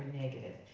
negative.